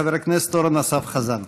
חבר הכנסת אורן אסף חזן.